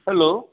hello